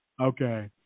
Okay